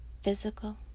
physical